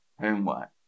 homework